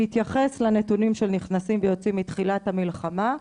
בהתייחס לנתונים של נכנסים ויוצאים מתחילת המלחמה,